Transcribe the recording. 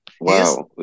wow